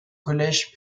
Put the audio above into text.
collège